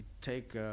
take